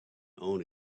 own